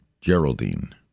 Geraldine